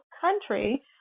country